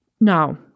Now